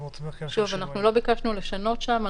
אנחנו לא ביקשנו לשנות שם.